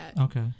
Okay